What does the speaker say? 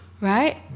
right